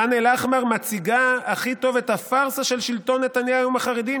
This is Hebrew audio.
ח'אן אל-אחמר מציגה הכי טוב את הפארסה של שלטון נתניהו עם החרדים,